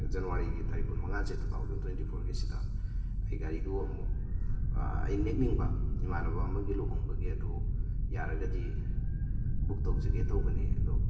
ꯖꯟꯋꯥꯔꯤꯒꯤ ꯇꯥꯔꯤꯛ ꯀꯨꯟꯒ ꯃꯉꯥꯁꯦ ꯇꯨ ꯊꯥꯎꯖꯟ ꯇ꯭ꯋꯦꯟꯇꯤ ꯐꯣꯔꯒꯤꯁꯤꯗ ꯑꯩ ꯒꯥꯔꯤꯗꯨ ꯑꯃꯨꯛ ꯑꯩ ꯅꯦꯛꯅꯤꯡꯕ ꯏꯃꯥꯟꯅꯕ ꯑꯃꯒꯤ ꯂꯨꯍꯣꯡꯕꯒꯤ ꯑꯗꯨ ꯌꯥꯔꯒꯗꯤ ꯕꯨꯛ ꯇꯧꯖꯒꯦ ꯇꯧꯕꯅꯤ ꯑꯗꯨ